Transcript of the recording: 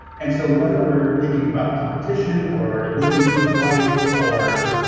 and so, whether we're thinking about competition or living a good life or